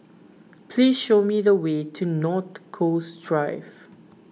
please show me the way to North Coast Drive